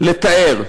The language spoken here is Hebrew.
לתאר.